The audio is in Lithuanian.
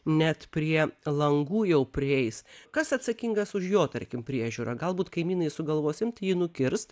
net prie langų jau prieis kas atsakingas už jo tarkim priežiūrą galbūt kaimynai sugalvos imt jį nukirst